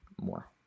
more